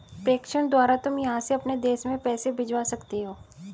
प्रेषण द्वारा तुम यहाँ से अपने देश में पैसे भिजवा सकती हो